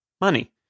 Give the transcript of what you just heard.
money